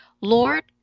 Lord